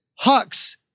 Hux